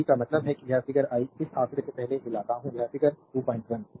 21 B का मतलब है कि यह फिगर आई इस आंकड़े से पहले हिलाता हूं यह फिगर 21 वी